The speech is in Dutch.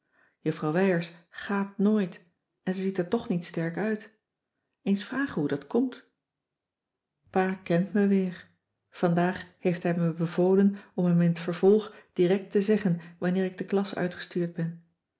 juffrouw wijers gaapt nooit en ze ziet er toch niet sterk uit eens vragen hoe dat komt pa kent me weer vandaag heeft hij me bevolen om hem in t vervolg direct te zeggen wanneer ik de klas uitgestuurd ben